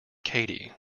katy